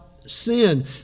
Sin